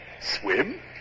Swim